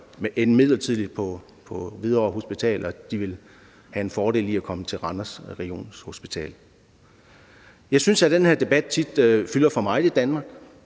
med at komme på Hvidovre Hospital, og de vil så have en fordel ved at komme til Regionshospitalet Randers. Jeg synes, at den her debat tit fylder for meget i Danmark,